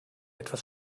etwas